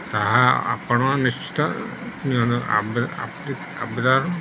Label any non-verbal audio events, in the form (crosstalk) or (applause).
ତାହା ଆପଣଙ୍କ ନିଶ୍ଚିତ (unintelligible)